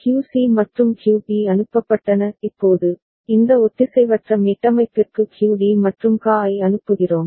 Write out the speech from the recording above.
QC மற்றும் QB அனுப்பப்பட்டன இப்போது இந்த ஒத்திசைவற்ற மீட்டமைப்பிற்கு QD மற்றும் QA ஐ அனுப்புகிறோம்